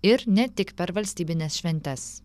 ir ne tik per valstybines šventes